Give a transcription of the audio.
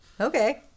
Okay